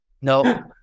no